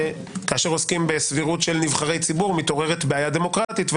שכאשר עוסקים בסבירות של נבחרי ציבור מתעוררת בעיה דמוקרטית,